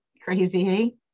Crazy